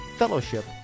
fellowship